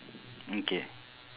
okay